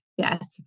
Yes